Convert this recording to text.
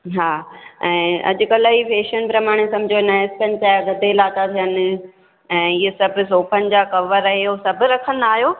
हा ऐं अॼुकल्ह ई फेशन प्रमाणे समुझो आहिनि थियनि ऐं इहे सभु सोफनि जा कवर ऐं इहो सभु रखंदा आहियो